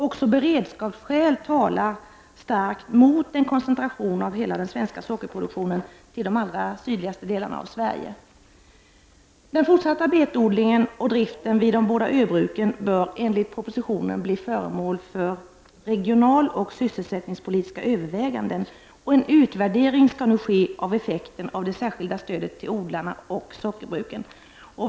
Också beredskapsskäl talar starkt mot en koncentration av hela den svenska sockerproduktionen till de allra sydligaste delarna av Sverige. Den fortsatta betodlingen och driften vid de båda Ö-bruken bör enligt propositionen bli föremål för regionaloch sysselsättningspolitiska överväganden. En utvärdering skall nu ske av effekten av det särskilda stödet till odlarna och sockerbruken.